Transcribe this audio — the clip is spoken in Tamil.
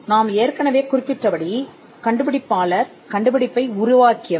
நாம் ஏற்கனவே குறிப்பிட்டபடி கண்டுபிடிப்பாளர் கண்டுபிடிப்பை உருவாக்கியவர்